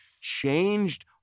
changed